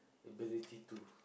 ability to